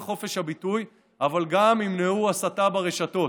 חופש הביטוי אבל גם ימנעו הסתה ברשתות.